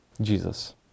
jesus